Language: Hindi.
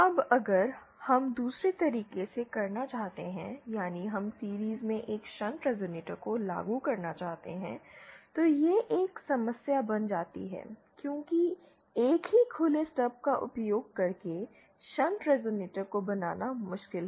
अब अगर हम दूसरे तरीके से करना चाहते हैं यानी हम सीरिज़ में एक शंट रेज़ोनेटर को लागू करना चाहते हैं तो यह एक समस्या बन जाती है क्योंकि एक ही खुले स्टब का उपयोग करके शंट रेज़ोनेटर को बनाना मुश्किल है